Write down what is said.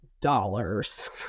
dollars